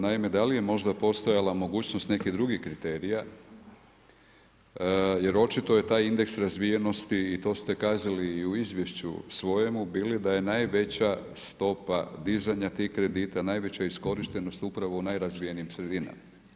Naime, da li je možda postojala mogućnost nekih drugih kriterija jer očito je taj indeks razvijenosti i to ste kazali i u izvješću svojemu bili da je najveća stopa dizanja tih kredita, najveća iskorištenost upravo u najrazvijenijim sredinama.